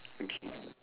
okay